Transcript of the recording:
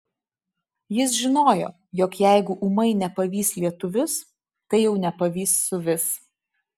jis žinojo jog jeigu ūmai nepavys lietuvius tai jau nepavys suvis